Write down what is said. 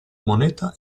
moneta